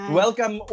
welcome